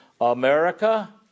America